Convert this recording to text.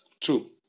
True